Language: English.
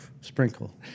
sprinkle